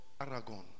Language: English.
Aragon